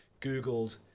Googled